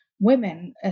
women